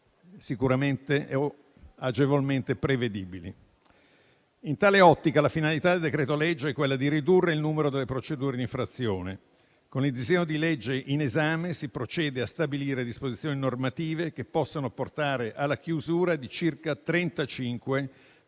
sicuramente agevolmente prevedibili. In tale ottica, la finalità del decreto-legge è quella di ridurre il numero delle procedure di infrazione. Con il disegno di legge in esame si procede a stabilire disposizioni normative che possano portare alla chiusura di circa